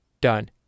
done